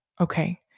okay